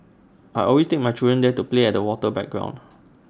I always take my children there to play at the water playground